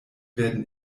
werden